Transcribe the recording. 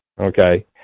okay